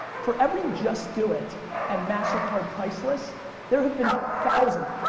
for every just do it and mastercard priceless there have been thousands,